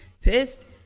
Pissed